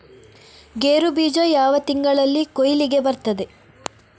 ಗೇರು ಬೀಜ ಯಾವ ತಿಂಗಳಲ್ಲಿ ಕೊಯ್ಲಿಗೆ ಬರ್ತದೆ?